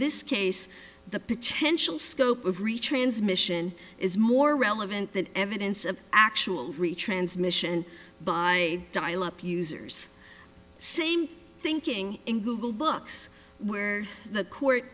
this case the potential scope of retransmission is more relevant than evidence of actual retransmission by dial up users same thinking in google books where the court